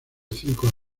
cinco